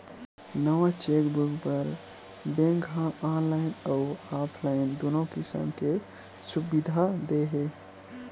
नवा चेकबूक बर बेंक ह ऑनलाईन अउ ऑफलाईन दुनो किसम ले सुबिधा दे हे